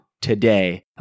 today